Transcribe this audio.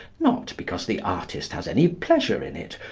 not because the artist has any pleasure in it,